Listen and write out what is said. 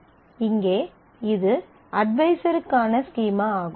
இங்கே இது அட்வைசருக்கான ஸ்கீமா ஆகும்